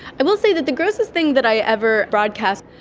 i will say that the grossest thing that i ever broadcast,